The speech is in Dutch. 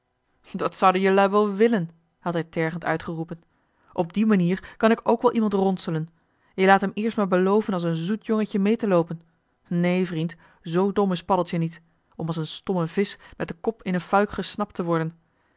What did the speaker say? dat zouden jelui wel willen had hij tergend uitgeroepen op die manier kan ik ook wel iemand ronselen je laat hem eerst maar beloven als een zoet jongetje mee te loopen neen vriend zoo dom is joh h been paddeltje de scheepsjongen van michiel de ruijter paddeltje niet om als een stomme visch met den kop in een fuik gesnapt te worden